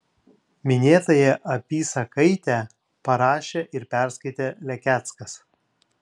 minėtąją apysakaitę parašė ir perskaitė lekeckas